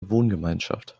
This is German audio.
wohngemeinschaft